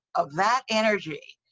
of that energy,